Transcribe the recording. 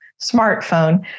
smartphone